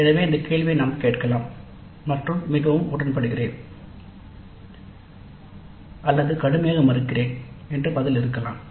எனவே இந்த கேள்வியை நாம் கேட்கலாம் மற்றும் மிகவும் உடன்படுகிறேன் அல்லது கடுமையாக மறுக்கிறேன் என்று பதில் இருக்கலாம்